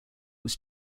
was